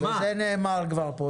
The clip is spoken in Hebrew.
זה נאמר כבר פה.